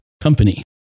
company